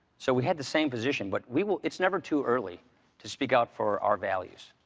so we had the same position, but we will it's never to early to speak out for our values.